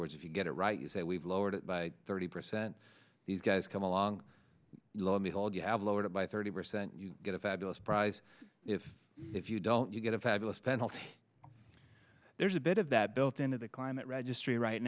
words if you get it right you say we've lowered it by thirty percent these guys come along let me call you have lowered it by thirty percent you get a fabulous prize if if you don't you get a fabulous penalty there's a bit of that built into the climate registry right